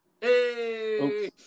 Hey